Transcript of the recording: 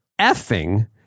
effing